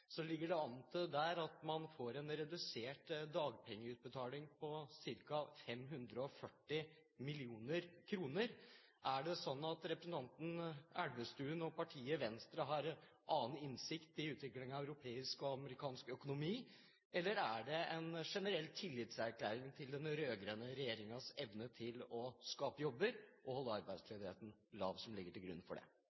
ligger det der an til at man får en redusert dagpengeutbetaling på ca. 540 mill. kr. Er det sånn at representanten Elvestuen og partiet Venstre har en annen innsikt i utviklingen av europeisk og amerikansk økonomi, eller er det en generell tillitserklæring til den rød-grønne regjeringens evne til å skape jobber og holde